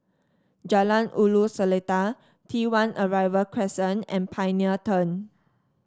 Jalan Ulu Seletar T One Arrival Crescent and Pioneer Turn